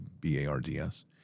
B-A-R-D-S